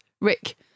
Rick